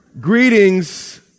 Greetings